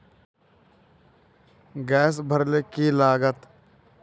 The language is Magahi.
गैस भरले की लागत?